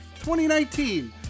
2019